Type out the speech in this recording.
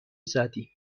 زدیم